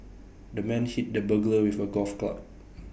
the man hit the burglar with A golf club